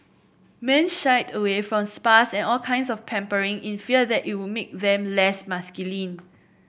men shied away from spas and all kinds of pampering in fear that it would make them less masculine